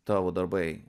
tavo darbai